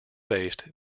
based